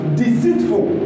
deceitful